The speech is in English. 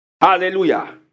Hallelujah